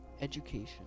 Education